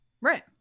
right